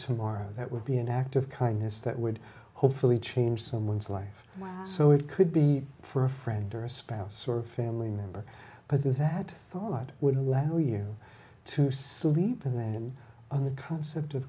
tomorrow that would be an act of kindness that would hopefully change someone's life so it could be for a friend or a spouse or family member but that thought would allow you to sleep in on the concept of